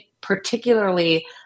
particularly